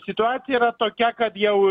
situacija yra tokia kad jau